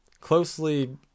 Closely